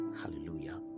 Hallelujah